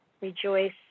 rejoice